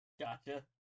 Gotcha